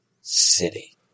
city